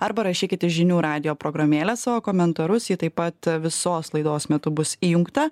arba rašykit į žinių radijo programėlę savo komentarus ji taip pat visos laidos metu bus įjungta